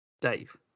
Dave